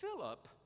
Philip